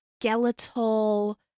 skeletal